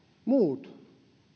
muut